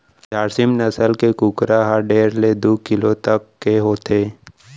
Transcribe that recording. झारसीम नसल के कुकरा ह डेढ़ ले दू किलो तक के होथे